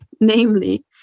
namely